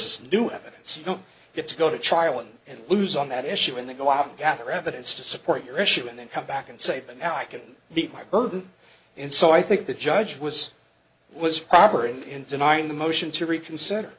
this new evidence you don't get to go to trial and and lose on that issue when they go out and gather evidence to support your issue and then come back and say that now i can meet my burden and so i think the judge was was operating in denying the motion to reconsider